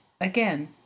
Again